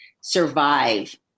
survive